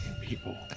People